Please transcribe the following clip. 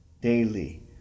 daily